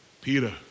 Peter